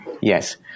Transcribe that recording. Yes